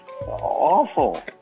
awful